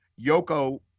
Yoko